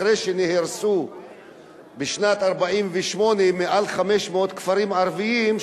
אחרי שנהרסו בשנת 1948 מעל 500 כפרים ערביים,